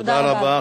תודה רבה.